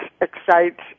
excites